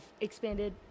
expanded